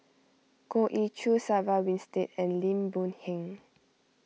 Goh Ee Choo Sarah Winstedt and Lim Boon Heng